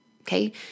Okay